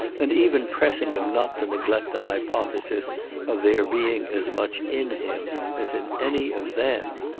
and even pressing him not to neglect the hypothesis of there being as much in him as in any of them.